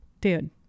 dude